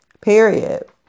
Period